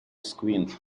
squint